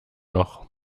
noch